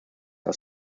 are